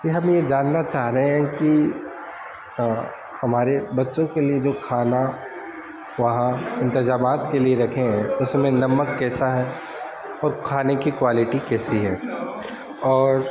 کہ ہم یہ جاننا چاہ رہے ہیں کہ ہمارے بچوں کے لیے جو کھانا وہاں انتظامات کے لیے رکھے ہیں اس میں نمک کیسا ہے اور کھانے کی کوالٹی کیسی ہے اور